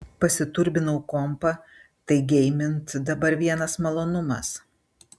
pasiturbinau kompą tai geimint dabar vienas malonumas